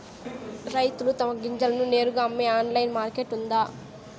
రైతులు తమ గింజలను నేరుగా అమ్మే ఆన్లైన్ మార్కెట్ ఉందా?